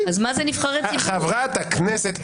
כל האנשים המכובדים שישבו סביב השולחן הזה והם לא חברי כנסת,